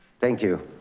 thank you.